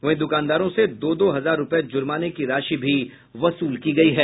वहीं दुकानदारों से दो दो हजार रुपये जुर्माने की राशि भी वसूल की गयी है